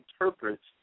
interprets